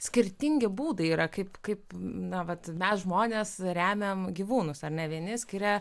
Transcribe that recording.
skirtingi būdai yra kaip kaip na vat mes žmonės remiame gyvūnus ar ne vieni skiria